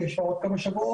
יש לך עוד כמה שבועות,